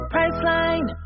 Priceline